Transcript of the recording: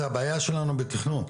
זו הבעיה שלנו בתכנון,